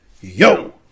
Yo